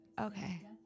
Okay